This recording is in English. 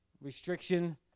restriction